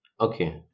Okay